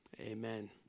Amen